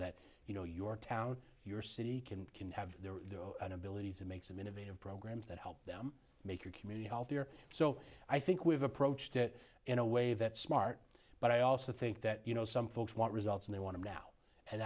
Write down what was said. that you know your town your city can can have the ability to make some innovative programs that help them make your community healthier so i think we've approached it in a way that smart but i also think that you know some folks want results and they want to now and